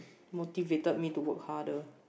motivated me to work harder